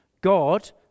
God